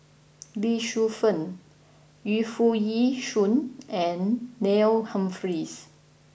Lee Shu Fen Yu Foo Yee Shoon and Neil Humphreys